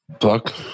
Fuck